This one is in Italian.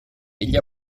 egli